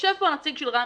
יושב פה נציג של רמי,